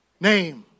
name